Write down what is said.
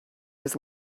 was